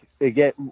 again